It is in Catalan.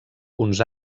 uns